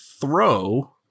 Throw